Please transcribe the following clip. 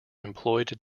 employed